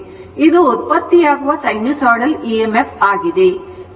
ಇದು ಉತ್ಪತ್ತಿಯಾಗುವ sinusoidal emf ಆಗಿದೆ